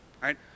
right